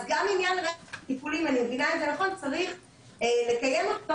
גם אם עניין רצף טיפולים צריך לקיים אותו